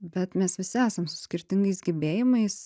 bet mes visi esam su skirtingais gebėjimais